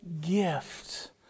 gift